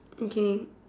okay